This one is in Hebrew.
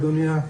אדוני.